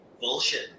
bullshit